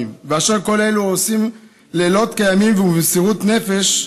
כל אלה עושים לילות כימים ובמסירות נפש.